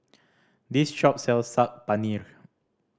this shop sells Saag Paneer